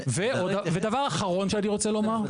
ודבר אחרון שאני רוצה לומר,